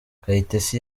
kayitesi